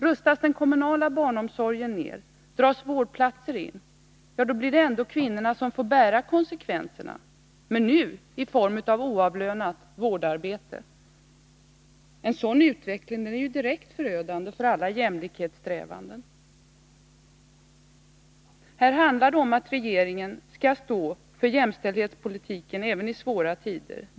Rustas den kommunala barnomsorgen ner, dras vårdplatser in, ja, då blir det ändå kvinnorna som får bära konsekvenserna, men nu i form av oavlönat vårdarbete. En sådan utveckling är ju direkt förödande för alla jämlikhetssträvanden. Här handlar det om att regeringen skall stå för jämställdhetspolitiken även i svåra tider.